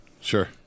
Sure